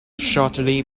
shortly